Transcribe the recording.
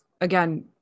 again